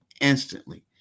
instantly